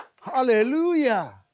Hallelujah